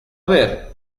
ver